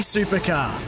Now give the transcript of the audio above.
Supercar